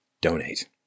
donate